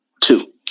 two